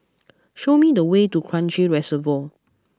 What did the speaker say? show me the way to Kranji Reservoir